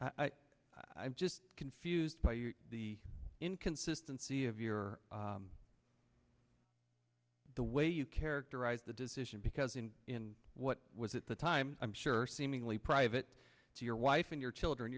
i'm just confused by your the inconsistency of your the way you characterize the decision because in in what was at the time i'm sure seemingly private to your wife and your children